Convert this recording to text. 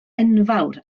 enfawr